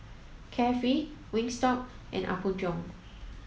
Carefree Wingstop and Apgujeong